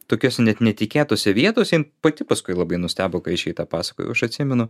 tokiose net netikėtose vietose jin pati paskui labai nustebo kai aš jai tą pasakojau aš atsimenu